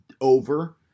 over